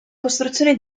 costruzione